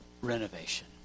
renovation